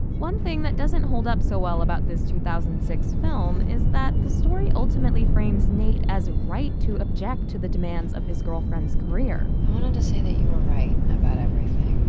one thing that doesn't hold up so well about this two thousand and six film is that the story ultimately frames nate as right to object to the demands of his girlfriend's career. i wanted to say that you were right about everything.